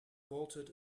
bolted